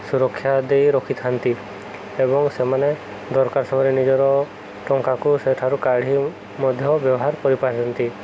ସୁରକ୍ଷା ଦେଇ ରଖିଥାନ୍ତି ଏବଂ ସେମାନେ ଦରକାର ସମୟରେ ନିଜର ଟଙ୍କାକୁ ସେଠାରୁ କାଢ଼ି ମଧ୍ୟ ବ୍ୟବହାର କରିପାରନ୍ତି